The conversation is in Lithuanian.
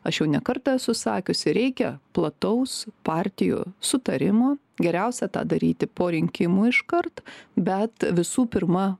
aš jau ne kartą esu sakiusi reikia plataus partijų sutarimo geriausia tą daryti po rinkimų iškart bet visų pirma